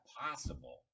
possible